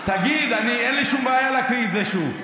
תגיד, אין לי שום בעיה להקריא את זה שוב.